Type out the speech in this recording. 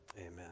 amen